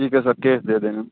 ठीक है sir cash दे देना